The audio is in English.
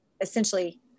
essentially